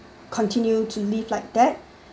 continue to live like that